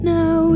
Now